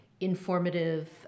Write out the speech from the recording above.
informative